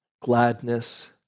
gladness